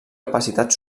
capacitat